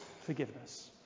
forgiveness